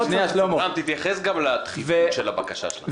רם, תתייחס גם לדחיפות של הבקשה שלכם.